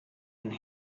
and